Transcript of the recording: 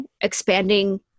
expanding